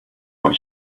what